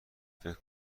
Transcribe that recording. فکر